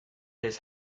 his